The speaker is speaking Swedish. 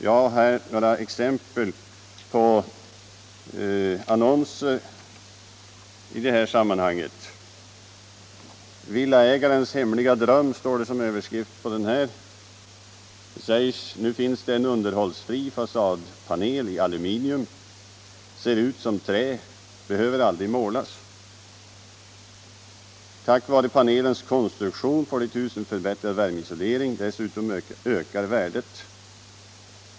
Jag har här några exempel på annonser i detta sammanhang: ”Villaägarens hemliga dröm” står det som överskrift på en sådan annons, där det vidare sägs: ”Nu finns det en underhållsfri fasadpanel i aluminium. —-—-—- Ser ut som trä, men behöver aldrig målas. Tack vare panelens konstruktion får ditt hus en förbättrad värmeisolering. Dessutom ökar värdet!